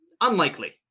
unlikely